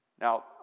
Now